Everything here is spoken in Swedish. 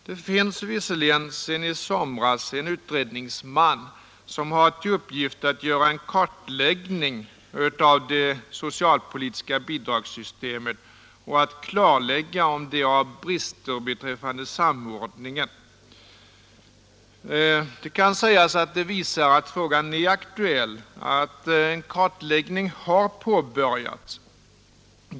Det finns visserligen sedan i somras en utredningsman som har till uppgift att göra en kartläggning av det socialpolitiska bidragssystemet och att klarlägga om det har brister beträffande samordning. Det kan sägas att detta visar att frågan är aktuell, att en kartläggning har påbörjats.